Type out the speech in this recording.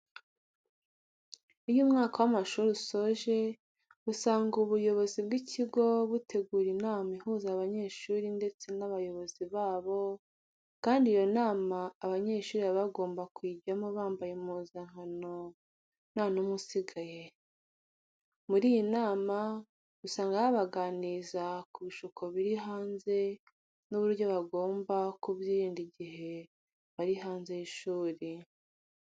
Iyo umwaka w'amashuri usoje usanga ubuyobozi bw'ikigo butegura inama ihuza abanyeshuri ndetse n'abayobozi babo, kandi iyo nama abanyeshuri baba bagomba kuyijyamo bambaye impuzankano nta numwe usigaye. Muri iyi nama usanga babaganiriza ku bishuko biri hanze n'uburyo bagomba kubyirinda igihe bari hanze y'ishuri.